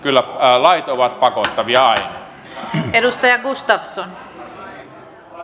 kyllä lait ovat pakottavia aina